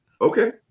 okay